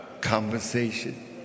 conversation